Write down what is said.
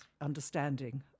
understanding